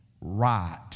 right